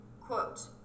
quote